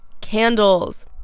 candles